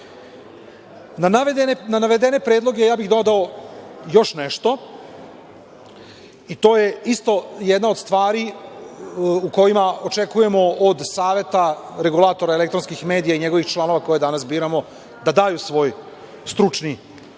navedene predloge, ja bih dodao još nešto, to je isto jedna od stvari gde očekujemo od Saveta regulatora elektronskih medija i njegovih članova koje danas biramo da daju svoj stručni doprinos,